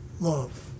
love